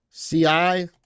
CI